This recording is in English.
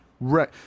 Right